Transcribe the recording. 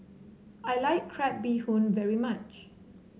I like Crab Bee Hoon very much